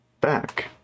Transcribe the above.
back